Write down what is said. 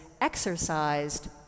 exercised